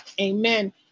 amen